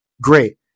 Great